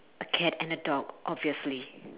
a cat and a dog obviously